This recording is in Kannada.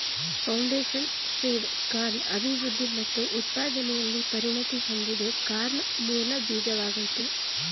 ಫೌಂಡೇಶನ್ ಸೀಡ್ ಕಾರ್ನ್ ಅಭಿವೃದ್ಧಿ ಮತ್ತು ಉತ್ಪಾದನೆಲಿ ಪರಿಣತಿ ಹೊಂದಿದೆ ಕಾರ್ನ್ ಮೂಲ ಬೀಜವಾಗಯ್ತೆ